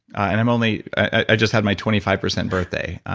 and i'm only. i just had my twenty five percent birthday.